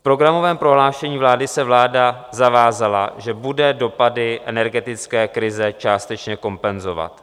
V programovém prohlášení vlády se vláda zavázala, že bude dopady energetické krize částečně kompenzovat.